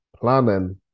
Planning